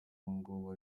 ngubu